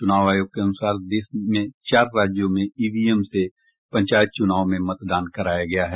चुनाव आयोग के अनुसार देश में चार राज्यों में ईवीएम से पंचायत चुनाव में मतदान कराया गया है